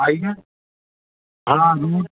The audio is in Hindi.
ठीक है हाँ